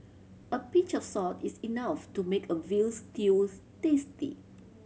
a pinch of salt is enough to make a veal stews tasty